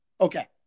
Okay